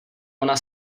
ona